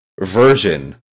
version